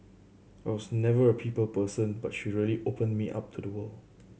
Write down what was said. I was never a people person but she really opened me up to the world